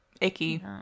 icky